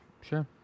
Sure